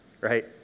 right